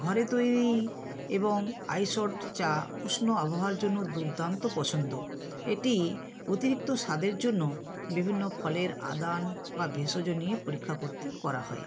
ঘরে তৈরি এবং আইশড চা উষ্ণ আবহাওয়ার জন্য দুর্দান্ত পছন্দ এটি অতিরিক্ত স্বাদের জন্য বিভিন্ন ফলের আদান বা ভেষজ নিয়ে পরীক্ষা করতে করা হয়